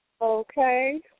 okay